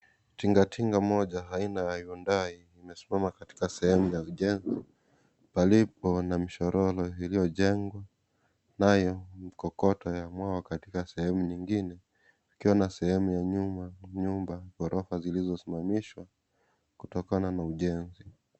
Tinga tinga moja aina ya hyundai imesimama katika sehemu ya ujenzi palipo na mshororo uliojengwa. Nayo kokoto yamwagwa katika sehemu nyingine kama sehemu ya nyuma ya nyumba ghorofa iliyosimamishwa kutokana na ujenzi.